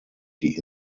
die